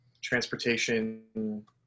Transportation